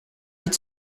vite